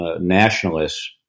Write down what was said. nationalists